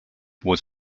was